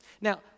Now